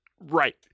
Right